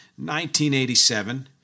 1987